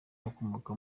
bakomoka